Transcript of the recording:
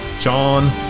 John